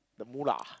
the moolah